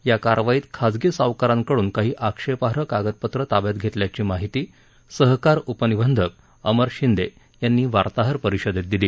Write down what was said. या कारवाईत खाजगी सावकारांकडून काही आक्षेपाई कागदपत्र ताब्यात घेतल्याची माहिती सहकार उपनिबंधक अमर शिंदे यांनी वार्ताहर परिषदेत दिली